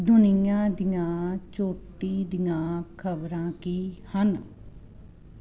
ਦੁਨੀਆਂ ਦੀਆਂ ਚੋਟੀ ਦੀਆਂ ਖਬਰਾਂ ਕੀ ਹਨ